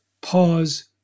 pause